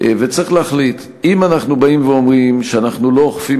צריך להחליט: אם אנחנו אומרים שאנחנו לא אוכפים